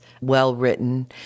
well-written